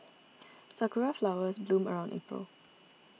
sakura flowers bloom around April